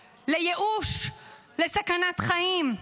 לייאוש, לסכנת חיים.